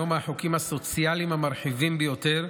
מהחוקים הסוציאליים המרחיבים ביותר,